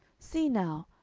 see now,